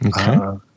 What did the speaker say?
Okay